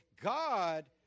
God